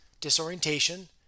disorientation